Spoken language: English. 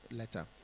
letter